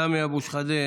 סמי אבו שחאדה,